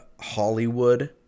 Hollywood